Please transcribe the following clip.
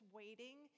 waiting